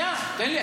שנייה, תן לי.